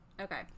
Okay